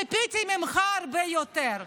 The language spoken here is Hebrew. ציפיתי ממך להרבה יותר.